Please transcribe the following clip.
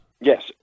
Yes